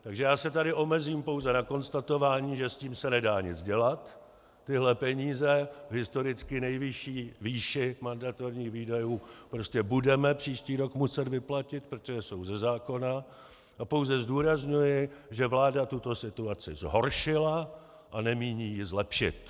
Takže já se tady omezím pouze na konstatování, že s tím se nedá nic dělat, tyhle peníze v historicky nejvyšší výši mandatorních výdajů prostě budeme příští rok muset vyplatit, protože jsou ze zákona, a pouze zdůrazňuji, že vláda tuto situaci zhoršila a nemíní ji zlepšit.